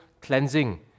cleansing